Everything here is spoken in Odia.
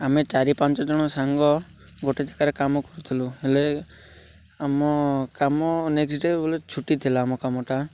ଆମେ ଚାରି ପାଞ୍ଚ ଜଣ ସାଙ୍ଗ ଗୋଟେ ଜାଗାରେ କାମ କରୁଥିଲୁ ହେଲେ ଆମ କାମ ନେକ୍ସଟ୍ ଡେ ବେଲେ ଛୁଟି ଥିଲା ଆମ କାମଟା